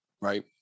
right